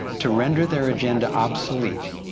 to render their agenda obsolete,